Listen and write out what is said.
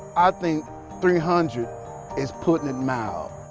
i think three hundred is putting it mild.